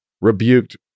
rebuked